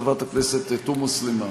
חברת הכנסת תומא סלימאן.